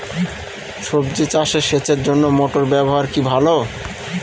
সবজি চাষে সেচের জন্য মোটর ব্যবহার কি ভালো?